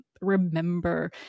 remember